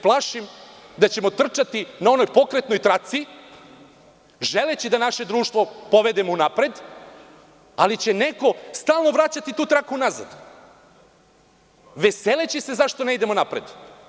Plašim se da ćemo trčati na onoj pokretnoj traci želeći da naše društvo povedemo unapred, ali će neko stalno vraćati tu traku unazad, veseleći se zašto ne idemo unapred.